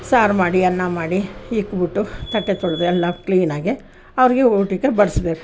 ಸಾರು ಮಾಡಿ ಅನ್ನ ಮಾಡಿ ಇಟ್ಬಿಟ್ಟು ತಟ್ಟೆ ತೊಳೆದು ಎಲ್ಲ ಕ್ಲೀನಾಗೆ ಅವರಿಗೆ ಊಟಕ್ಕೆ ಬಡಿಸ್ಬೇಕು